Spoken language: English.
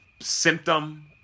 symptom